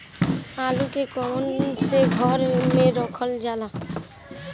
आलू के कवन से घर मे रखल जाला?